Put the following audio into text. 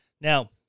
Now